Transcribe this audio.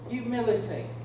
Humility